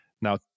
Now